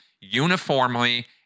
uniformly